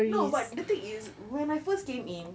no but the thing is when I first came in